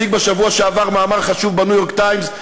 הציג בשבוע שעבר במאמר חשוב ב"ניו-יורק טיימס",